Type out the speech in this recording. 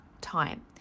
time